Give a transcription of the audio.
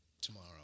tomorrow